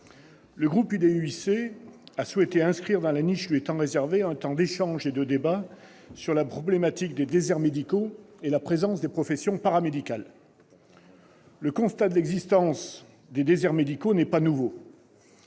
le groupe de l'UDI-UC a souhaité inscrire dans la « niche » lui étant réservée un temps d'échange et de débat sur la problématique des déserts médicaux et la présence des professions paramédicales. Le constat de l'existence de déserts médicaux n'est pas nouveau.